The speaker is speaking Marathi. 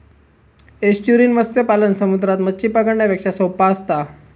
एस्चुरिन मत्स्य पालन समुद्रात मच्छी पकडण्यापेक्षा सोप्पा असता